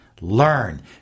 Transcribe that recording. learn